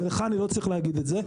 ולך אני לא צריך להגיד את זה,